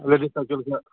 ladies साइखेलखो